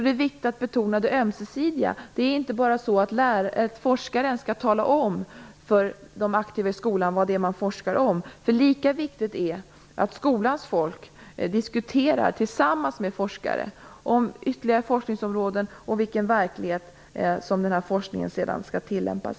Det är viktigt att betona det ömsesidiga, för det är inte bara forskaren som skall tala om för de aktiva i skolan vad det är man forskar om. Lika viktigt är att skolans folk tillsammans med forskare diskuterar om ytterligare forskningsområden och om i vilken verklighet denna forskning sedan skall tillämpas.